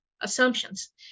assumptions